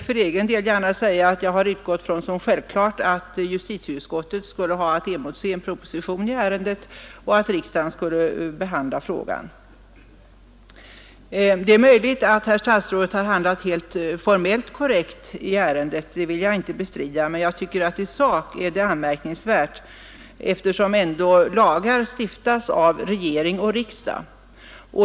För egen del har jag som självklart utgått ifrån att justitieutskottet hade att emotse en proposition i ärendet och att riksdagen skulle behandla frågan. Det är möjligt att herr statsrådet handlat formellt helt korrekt — det vill jag inte bestrida — men i sak är det anmärkningsvärt, eftersom lagar stiftas av regering och riksdag.